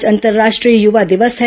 आज अंतर्राष्ट्रीय युवा दिवस है